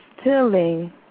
stealing